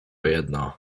jedno